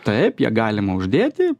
taip ją galima uždėti